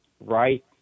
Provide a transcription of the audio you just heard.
right